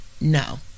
no